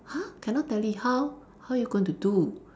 !huh! cannot tally how how you going to do